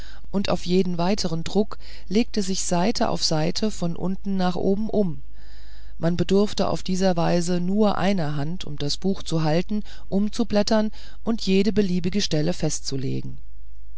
und auf jeden weiteren druck legte sich seite auf seite von unten nach oben um man bedurfte auf diese weise nur einer hand um das buch zu halten umzublättern und jede beliebige seite festzulegen